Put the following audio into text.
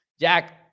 Jack